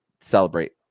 celebrate